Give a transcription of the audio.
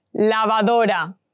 Lavadora